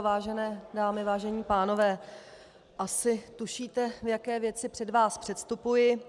Vážené dámy, vážení pánové, asi tušíte, v jaké věci před vás předstupuji.